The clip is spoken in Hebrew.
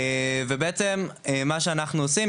בעצם מה שאנחנו עושים,